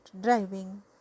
driving